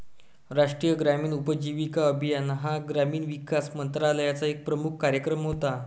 राष्ट्रीय ग्रामीण उपजीविका अभियान हा ग्रामीण विकास मंत्रालयाचा एक प्रमुख कार्यक्रम होता